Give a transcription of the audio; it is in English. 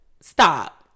Stop